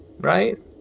right